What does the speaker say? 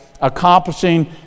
accomplishing